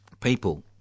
people